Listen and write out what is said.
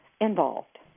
involved